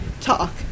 talk